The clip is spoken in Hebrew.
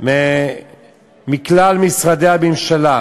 מכלל משרדי הממשלה,